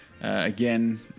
again